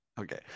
Okay